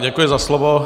Děkuji za slovo.